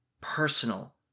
personal